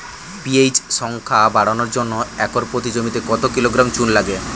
PH সংখ্যা বাড়ানোর জন্য একর প্রতি জমিতে কত কিলোগ্রাম চুন লাগে?